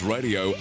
Radio